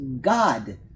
God